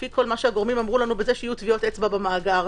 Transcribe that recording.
לפי כל מה שהגורמים אמרו לנו שיהיו טביעות אצבע במאגר,